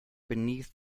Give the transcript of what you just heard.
beneath